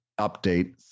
update